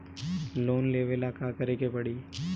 Loan लेबे ला का करे के पड़ी?